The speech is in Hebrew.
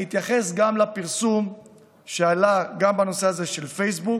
אני אתייחס גם לפרסום שעלה בנושא הזה של פייסבוק,